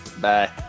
Bye